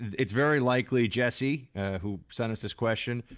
it's very likely, jesse who sent us this question,